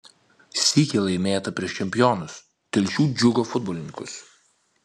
sykį laimėta prieš čempionus telšių džiugo futbolininkus